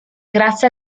grazie